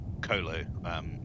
Colo